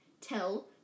tell